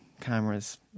cameras